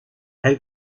elle